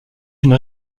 une